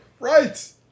Right